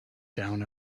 down